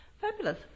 Fabulous